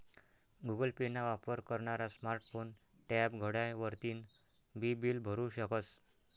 Google Pay ना वापर करनारा स्मार्ट फोन, टॅब, घड्याळ वरतीन बी बील भरु शकस